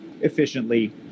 efficiently